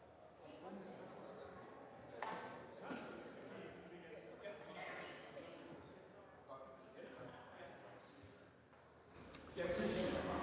Tak.